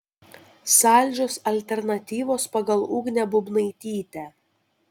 saldžios alternatyvos pagal ugnę būbnaitytę